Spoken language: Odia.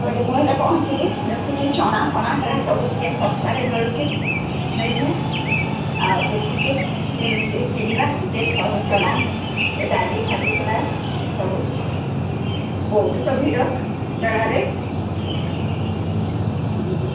ହେଇଟି ମୁଁ ହେଲେ ପହଞ୍ଚିଲି ଦେଖୁଛି ଚଣା ଫଣା ହେରା ସବୁ ଟିକେ ଶସ୍ତାରେ ମିଳୁଛି ସେଇଠି ଆଉ ଦେଖୁଛି କିଣୁଛି କିଣିବା ଟିକେ ଚଣା ଏ ଡାଲି ଫାଲି ଗୁଡ଼ା ସବୁ ବହୁତ ତ ଭିଡ଼ ମେଳାରେ ହୁଁ